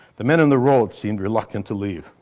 the men in the road seemed reluctant to leave.